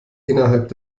innerhalb